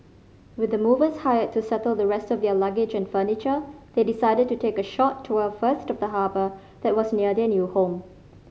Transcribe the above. with the movers hired to settle the rest of their luggage and furniture they decided to take a short tour first of the harbour that was near their new home